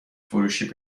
فروشی